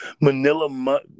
Manila